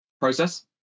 process